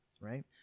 right